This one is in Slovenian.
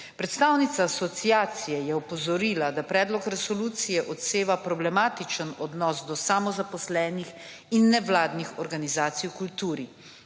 Predstavnica asociacije je opozorila, da predlog resolucije odseva problematičen odnos do samozaposlenih in nevladnih organizacij v kulturi.